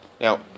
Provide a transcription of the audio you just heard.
Now